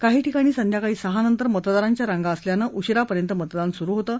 काही ठिकाणी संध्याकाळी सहा नंतर मतदारांच्या रांगा असल्यानं उशीरापर्यंत मतदान सुरु होतं